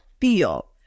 feel